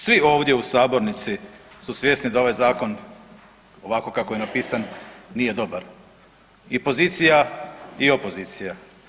Svi ovdje u sabornici su svjesni da ovaj zakon ovako kako je napisan nije dobar i pozicija i opozicija.